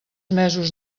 mesos